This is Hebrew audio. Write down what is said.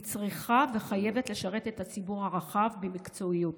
היא צריכה וחייבת לשרת את הציבור הרחב במקצועיות.